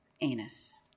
anus